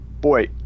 boy